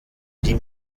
die